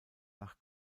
nach